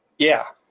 yeah,